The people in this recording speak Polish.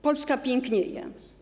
Polska pięknieje.